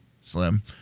Slim